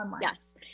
Yes